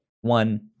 one